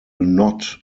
not